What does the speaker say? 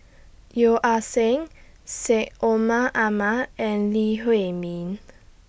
Yeo Ah Seng Syed Omar Ahmad and Lee Huei Min